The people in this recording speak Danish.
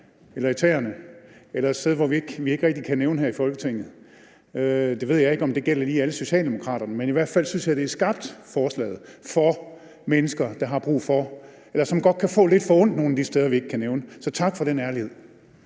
eller et sted, som vi ikke rigtig kan nævne her i Folketinget. Det ved jeg ikke om lige gælder alle socialdemokrater, men i hvert fald synes jeg, forslaget er skabt for mennesker, som godt kan få lidt for ondt nogle af de steder, vi ikke kan nævne. Så tak for den ærlighed.